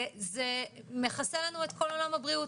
וזה מכסה לנו את כל עולם הבריאות.